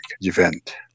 event